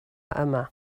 yma